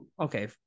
Okay